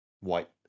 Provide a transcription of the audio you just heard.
white